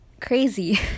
crazy